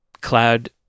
Cloud